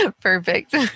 Perfect